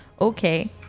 Okay